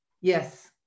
Yes